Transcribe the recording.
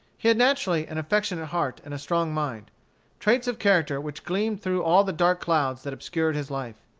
he had naturally an affectionate heart and a strong mind traits of character which gleamed through all the dark clouds that obscured his life.